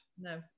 No